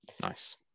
nice